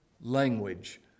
language